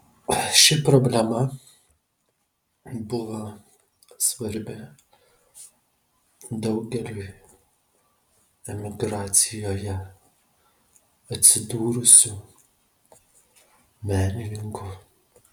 ši problema buvo svarbi daugeliui emigracijoje atsidūrusių menininkų